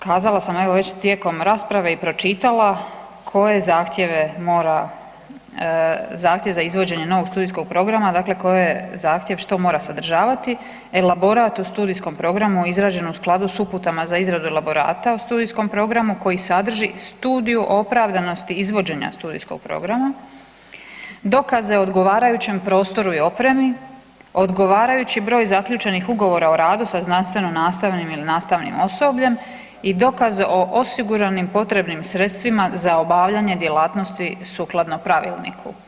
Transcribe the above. Kazala sam evo već tijekom rasprave i pročitala koje zahtjeve mora zahtjev za izvođenje novog studijskog programa dakle koje zahtjev što mora sadržavati, elaborat o studijskom programu izrađen u skladu s uputama za izradu elaborata o studijskom programu koji sadrži studiju o opravdanosti izvođenja studijskog programa, dokaze o odgovarajućem prostoru i opremi, odgovarajući broj zaključenih ugovora o radu sa znanstveno nastavnim ili nastavnim osobljem i dokaz o osiguranim potrebnim sredstvima za obavljanje djelatnosti sukladno pravilniku.